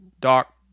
Doc